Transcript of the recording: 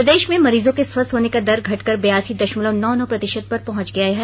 प्रदेश में मरीजों के स्वस्थ होने का दर घटकर बयासी दशमलव नौ नौ प्रतिशत पर पहुंच गई है